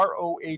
ROH